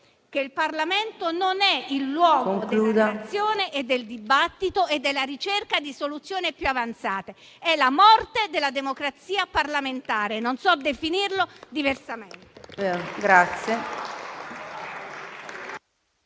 voi il Parlamento non è il luogo della relazione e del dibattito e della ricerca di soluzioni più avanzate. Questa è la morte della democrazia parlamentare. Non so definirlo diversamente.